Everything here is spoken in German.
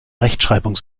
rechtschreibung